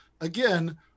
again